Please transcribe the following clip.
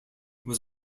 was